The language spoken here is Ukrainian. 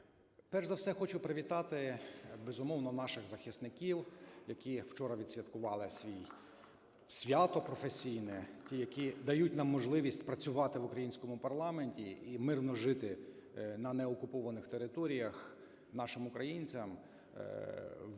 Перш за все хочу привітати, безумовно, наших захисників, які вчора відсвяткували своє свято професійне, ті, які дають нам можливість працювати в українському парламенті і мирно жити на неокупованих територіях нашим українцям.